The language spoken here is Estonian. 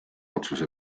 otsuse